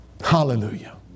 Hallelujah